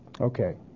Okay